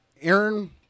Aaron